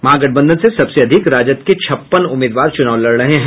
महागठबंधन से सबसे अधिक राजद के छप्पन उम्मीदवार चुनाव लड़ रहे हैं